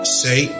say